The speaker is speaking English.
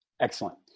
excellent